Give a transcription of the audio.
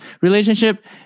relationship